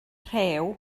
rhew